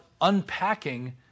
unpacking